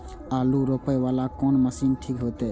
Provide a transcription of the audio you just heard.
आलू रोपे वाला कोन मशीन ठीक होते?